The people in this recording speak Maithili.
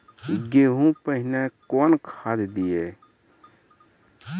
गेहूँ पहने कौन खाद दिए?